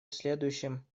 следующем